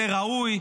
זה ראוי,